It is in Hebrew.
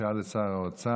ששאל את שר האוצר.